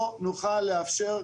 לא נוכל לאפשר,